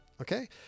okay